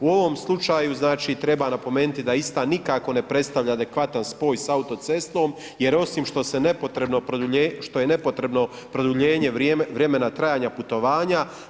U ovom slučaju znači treba napomenuti da ista nikako ne predstavlja adekvatan spoj sa autocestom jer osim što se nepotrebno, što je nepotrebno produljenje vremena trajanja putovanja.